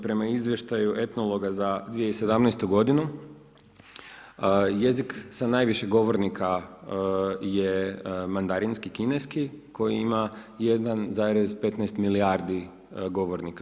Prema izvještaju etnologa za 2017. godinu jezik sa najviše govornika je mandarinski-kineski koji ima 1,15 milijardi govornika.